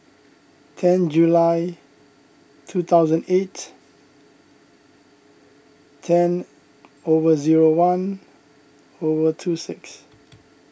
ten July two thousand eight ten over zero one over two six